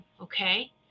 Okay